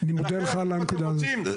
אני מודה לך על הנקודה הזאת.